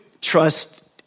trust